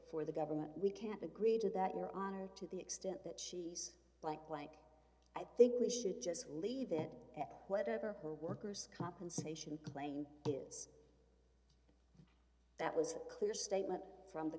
for the government we can't agree to that your honor to the extent that she's like blank i think we should just leave it at whatever her worker's compensation claim is that was a clear statement from the